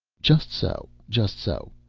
just so just so.